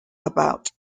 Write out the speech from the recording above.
about